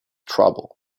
trouble